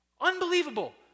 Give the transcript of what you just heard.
Unbelievable